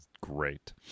great